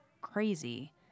crazy